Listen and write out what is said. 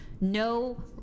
no